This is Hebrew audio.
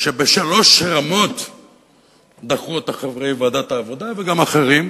שבשלוש רמות דחו אותה חברי ועדת העבודה וגם אחרים.